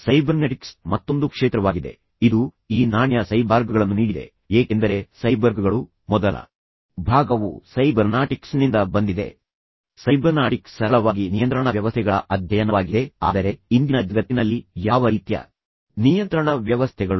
cybernetics ಮತ್ತೊಂದು ಕ್ಷೇತ್ರವಾಗಿದೆ ಇದು ಈ ನಾಣ್ಯ ಸೈಬಾರ್ಗ್ಗಳನ್ನು ನೀಡಿದೆ ಏಕೆಂದರೆ ಸೈಬರ್ಗ್ಗಳು ಮೊದಲ ಭಾಗವು ಸೈಬರ್ನಾಟಿಕ್ಸ್ನಿಂದ ಬಂದಿದೆ ಸೈಬರ್ನಾಟಿಕ್ಸ್ ಸರಳವಾಗಿ ನಿಯಂತ್ರಣ ವ್ಯವಸ್ಥೆಗಳ ಅಧ್ಯಯನವಾಗಿದೆ ಆದರೆ ಇಂದಿನ ಜಗತ್ತಿನಲ್ಲಿ ಯಾವ ರೀತಿಯ ನಿಯಂತ್ರಣ ವ್ಯವಸ್ಥೆಗಳು